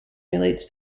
relates